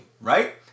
right